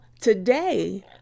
today